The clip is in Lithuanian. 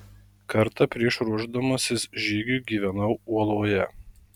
kartą prieš ruošdamasis žygiui gyvenau uoloje